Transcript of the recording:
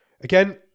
Again